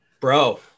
bro